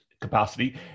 capacity